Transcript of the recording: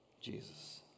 jesus